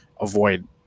avoid